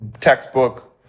textbook